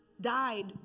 Died